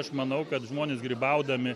aš manau kad žmonės grybaudami